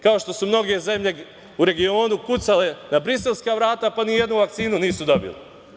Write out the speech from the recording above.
Kao što su mnoge zemlje u regionu kucale na briselska vrata pa nijednu vakcinu nisu dobile.